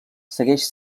segueix